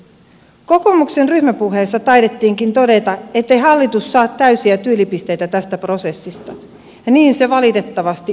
kokoomuksen ryhmäpuheissa taidettiinkin todeta ettei hallitus saa täysiä tyylipisteitä tästä prosessista ja niin se valitettavasti onkin